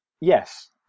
yes